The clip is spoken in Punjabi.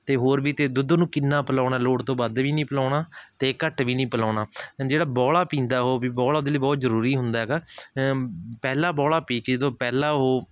ਅਤੇ ਹੋਰ ਵੀ ਅਤੇ ਦੁੱਧ ਉਹਨੂੰ ਕਿੰਨਾ ਪਿਲਾਉਣਾ ਲੋੜ ਤੋਂ ਵੱਧ ਵੀ ਨਹੀਂ ਪਿਲਾਉਣਾ ਅਤੇ ਘੱਟ ਵੀ ਨਹੀਂ ਪਿਲਾਉਣਾ ਜਿਹੜਾ ਬਉਲਾ ਪੀਂਦਾ ਉਹ ਵੀ ਬਉਲਾ ਉਹਦੇ ਲਈ ਬਹੁਤ ਜ਼ਰੂਰੀ ਹੁੰਦਾ ਹੈਗਾ ਪਹਿਲਾ ਬਉਲਾ ਪੀ ਕੇ ਜਦੋਂ ਪਹਿਲਾ ਉਹ